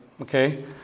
okay